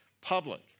public